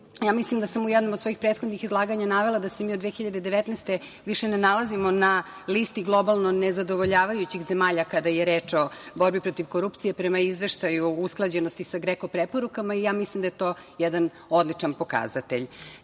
ja mislim da sam u jednom od svojih prethodnih izlaganja navela da se mi od 2019. godine više ne nalazimo na listi globalno nezadovoljavajućih zemalja kada je reč o borbi protiv korupcije prema Izveštaju o usklađenosti sa GREKO preporukama i ja mislim da je to jedan odličan pokazatelj. Takođe,